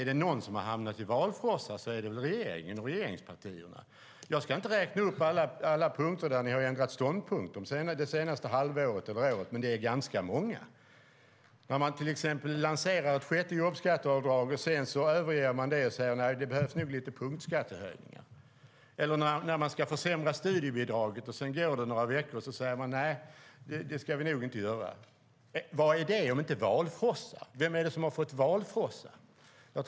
Är det någon som fått valfrossa är det regeringen och regeringspartierna. Jag ska inte räkna upp allt där ni har ändrat ståndpunkt det senaste halvåret eller året, men det är i ganska mycket. Ni lanserade ett sjätte jobbskatteavdrag men övergav det för punktskattehöjningar. Ni ville försämra studiebidraget men ångrade er efter några veckor. Vad är det om inte valfrossa? Vem är det som har fått valfrossa?